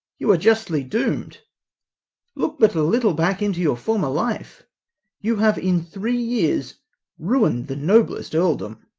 you are justly doom'd look but a little back into your former life you have in three years ruin'd the noblest earldom.